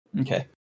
Okay